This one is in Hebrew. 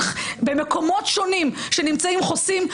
במקומות שונים שנמצאים בהם חוסים,